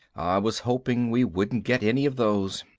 was hoping we wouldn't get any of those.